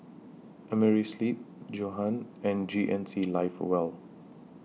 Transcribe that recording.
Amerisleep Johan and G N C Live Well